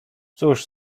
cóż